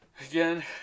Again